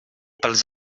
pels